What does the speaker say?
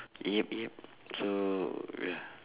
yup yup so ya